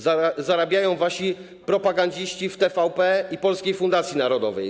Zarabiają wasi propagandziści w TVP i Polskiej Fundacji Narodowej.